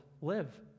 live